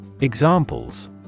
Examples